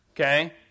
okay